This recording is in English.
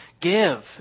give